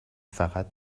فقط